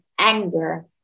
anger